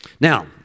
Now